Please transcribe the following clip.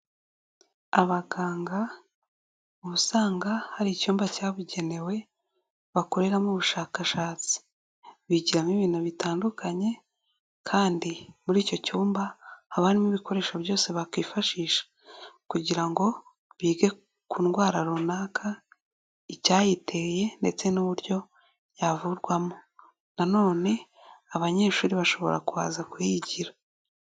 Abaganga uba usanga hari icyumba cyabugenewe bakoreramo ubushakashatsi bigiramo ibintu bitandukanye kandi muri icyo cyumba haba harimo ibikoresho byose bakwifashisha kugira ngo bige ku ndwara runaka, icyayiteye ndetse n'uburyo yavurwamo. Nanone abanyeshuri bashobora kuhaza kuhigira.